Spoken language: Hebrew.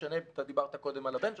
אתה דיברת קודם על הבן שלך.